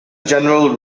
general